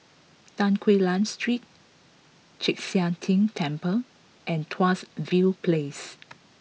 Tan Quee Lan Street Chek Sian Tng Temple and Tuas View Place